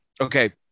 okay